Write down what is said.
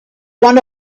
one